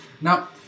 Now